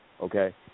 okay